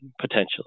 potentially